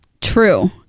true